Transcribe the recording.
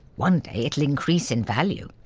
one day, it'll increase in value.